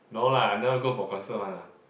no lah I never go for concert one lah